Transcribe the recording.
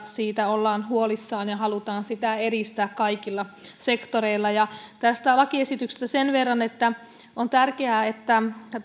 että siitä ollaan huolissaan ja halutaan sitä edistää kaikilla sektoreilla tästä lakiesityksestä sen verran että on tärkeää että